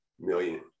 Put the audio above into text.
million